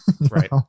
right